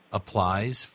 applies